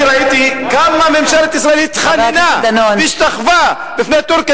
אני ראיתי כמה ממשלת ישראל התחננה והשתחוותה בפני טורקיה